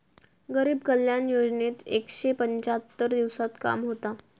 गरीब कल्याण योजनेत एकशे पंच्याहत्तर दिवसांत काम होता